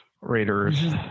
Raiders